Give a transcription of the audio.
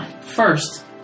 First